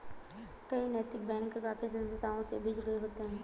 कई नैतिक बैंक काफी संस्थाओं से भी जुड़े होते हैं